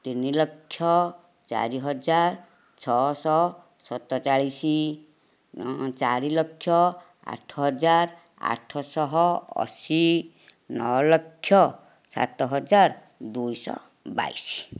ତିନି ଲକ୍ଷ ଚାରି ହଜାର ଛଅ ଶହ ସତଚାଳିଶି ଚାରି ଲକ୍ଷ ଆଠ ହଜାର ଆଠ ଶହ ଅଶି ନଅ ଲକ୍ଷ ସାତ ହଜାର ଦୁଇ ଶହ ବାଇଶି